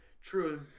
true